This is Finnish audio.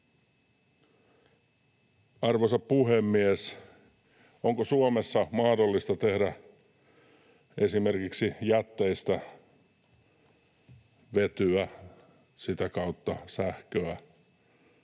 Arvoisa puhemies! Onko Suomessa mahdollista tehdä esimerkiksi jätteistä vetyä, sitä kautta sähköä?